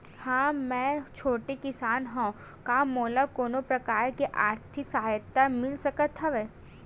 मै ह छोटे किसान हंव का मोला कोनो प्रकार के आर्थिक सहायता मिल सकत हवय?